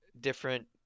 different